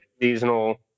seasonal